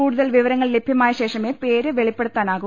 കൂടുതൽ വിവരങ്ങൾ ലഭ്യമായശേഷമേ പേര് വെളിപ്പെടുത്താനാ കു